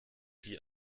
die